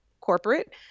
corporate